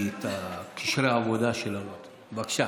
בבקשה,